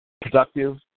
productive